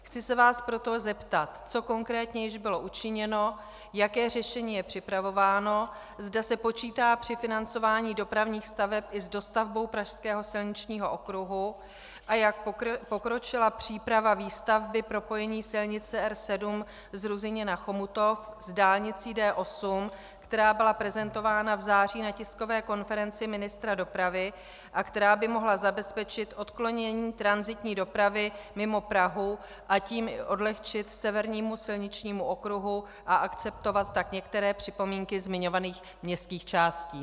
Chci se vás proto zeptat, co konkrétně již bylo učiněno, jaké řešení je připravováno, zda se počítá při financování dopravních staveb i s dostavbou pražského silničního okruhu a jak pokročila příprava výstavby propojení silnice R7 z Ruzyně na Chomutov s dálnicí D8, která byla prezentována v září na tiskové konferenci ministra dopravy a která by mohla zabezpečit odklonění tranzitní dopravy mimo Prahu, a tím i odlehčit severnímu silničnímu okruhu a akceptovat tak některé připomínky zmiňovaných městských částí.